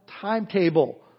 timetable